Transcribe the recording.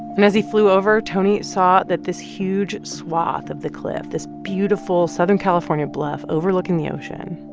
and as he flew over, tony saw that this huge swath of the cliff, this beautiful southern california bluff overlooking the ocean,